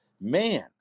Man